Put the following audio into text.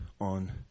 on